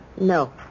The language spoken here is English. No